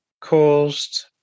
caused